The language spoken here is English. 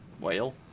Whale